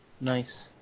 Nice